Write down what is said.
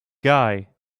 guy